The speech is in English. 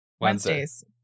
Wednesdays